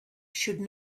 should